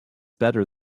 better